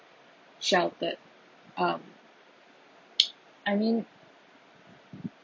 sheltered um I mean